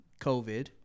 COVID